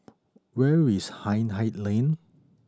where is Hindhede Lane